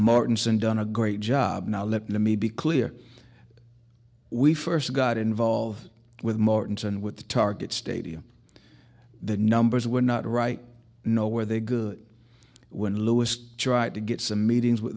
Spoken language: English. martin done a great job now let me be clear we first got involved with mortenson with the target stadium the numbers were not right no were they good when louis tried to get some meetings with